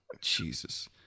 Jesus